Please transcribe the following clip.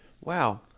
wow